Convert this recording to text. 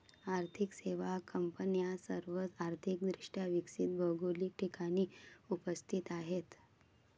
आर्थिक सेवा कंपन्या सर्व आर्थिक दृष्ट्या विकसित भौगोलिक ठिकाणी उपस्थित आहेत